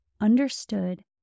understood